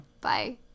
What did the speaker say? bye